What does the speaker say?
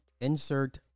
insert